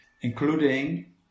including